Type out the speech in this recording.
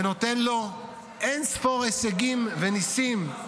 ונותן לו אין ספור הישגים וניסים.